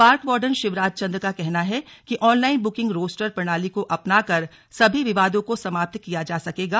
park warden Shivraj Chand का कहना है कि आनलाइन बुकिंग रोस्टर प्रणाली को अपनाकर सभी विवादों को समाप्त किया जा सकेगा